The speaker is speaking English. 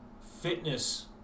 fitness